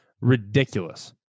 ridiculous